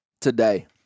today